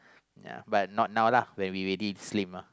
yeah not now lah when we already slim